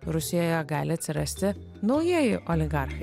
rusijoje gali atsirasti naujieji oligarchai